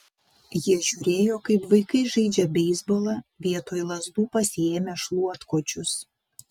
jie žiūrėjo kaip vaikai žaidžia beisbolą vietoj lazdų pasiėmę šluotkočius